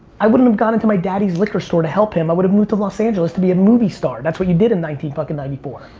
i wouldn't have gone into my daddy's liquor store to help him. i would've moved to los angeles to be a movie star. that's what you did in nineteen fucking ninety four.